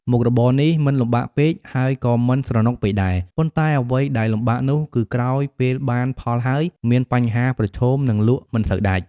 មុខរបរនេះមិនលំបាកពេក ហើយក៏មិនស្រណុកពេកដែរ ប៉ុន្តែអ្វីដែលលំបាកនោះ គឺក្រោយពេលបានផលហើយមានបញ្ហាប្រឈម និងលក់មិនសូវដាច់ ។